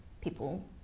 people